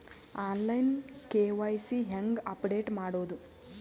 On line KYC ಹೇಂಗ update ಮಾಡೋದು?